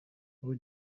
rue